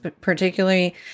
particularly